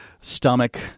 stomach